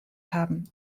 haben